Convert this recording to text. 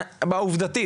עובדתית,